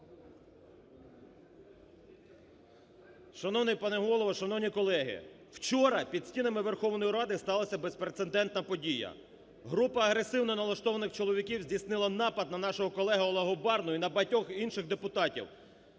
Шановний пане Голово, шановні колеги! Вчора під стінами Верховної Ради сталася безпрецедентна подія. Група агресивно налаштованих чоловіків здійснила напад на нашого колегу Олега Барну і на багатьох інших депутатів.